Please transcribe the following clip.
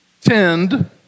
tend